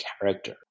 character